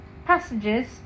passages